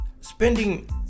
Spending